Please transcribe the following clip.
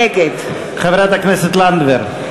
נגד חברת הכנסת לנדבר.